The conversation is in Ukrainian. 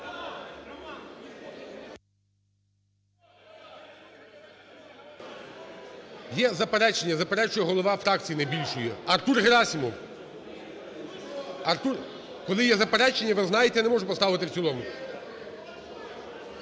Є заперечення, заперечує голова фракції найбільшої, Артур Герасимов. Коли є заперечення, ви знаєте, я не можу поставити в цілому.